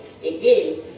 again